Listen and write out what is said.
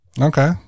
Okay